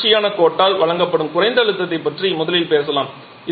இந்த தொடர்ச்சியான கோட்டால் வழங்கப்படும் குறைந்த அழுத்தத்தைப் பற்றி முதலில் பேசலாம்